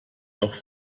noch